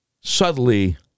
subtly